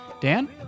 Dan